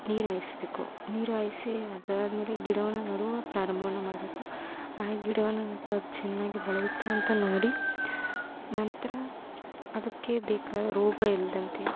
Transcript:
ನೀರು ಹಾಯ್ಸ್ಬೇಕು ನೀರು ಹಾಯ್ಸಿ ಅದಾದ್ಮೇಲೆ ಗಿಡವನ್ನು ನಡುವೆ ಪ್ರಾರಂಭವನ್ನು ಮಾಡಬೇಕು ಆ ಗಿಡವನ್ನು ನೆಟ್ಟು ಅದು ಚೆನ್ನಾಗಿ ಬೆಳೆಯುತ್ತಾ ಅಂತ ನೋಡಿ ನಂತರ ಅದಕ್ಕೆ ಬೇಕಾದ ರೋಗ ಇಲ್ಲದಂತೆ